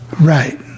right